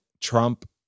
Trump